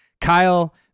Kyle